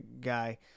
guy